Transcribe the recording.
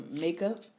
makeup